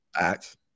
Act